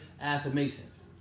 affirmations